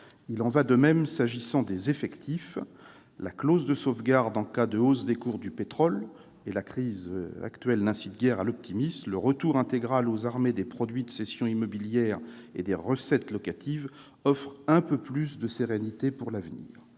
Il en va de même s'agissant des effectifs. La clause de sauvegarde en cas de hausse des cours du pétrole- la crise actuelle n'incite guère à l'optimisme de ce point de vue -et le retour intégral aux armées du produit des cessions immobilières et des recettes locatives offrent un peu plus de sérénité pour l'avenir.